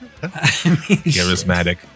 charismatic